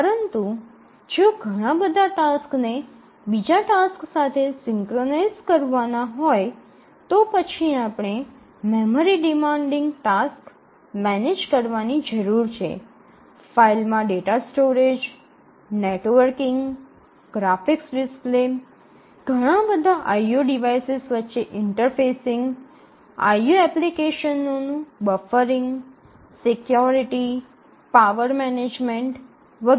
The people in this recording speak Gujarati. પરંતુ જો ઘણા બધા ટાસક્સ ને બીજા ટાસક્સ સાથે સિંક્રનાઇઝેશન કરવાના હોય તો પછી આપણે મેમરી ડિમાન્ડિંગ ટાસ્ક મેનેજ કરવાની જરૂર છે ફાઇલમાં data storage networking graphics display ઘણા બધા IO ડિવાઇસિસ વચ્ચે ઇન્ટરફેસિંગ IO એપ્લિકેશનોનું બફરિંગ સિક્યોરિટી પાવર મેનેજમેન્ટ વગેરે